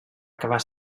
acabar